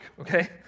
okay